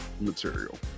material